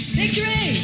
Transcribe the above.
victory